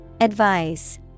Advice